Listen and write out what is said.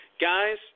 Guys